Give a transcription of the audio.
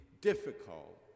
difficult